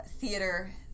theater